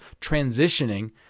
transitioning